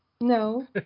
No